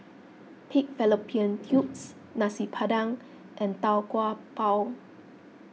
Pig Fallopian Tubes Nasi Padang and Tau Kwa Pau